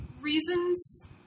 reasons